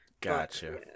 Gotcha